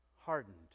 hardened